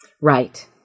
Right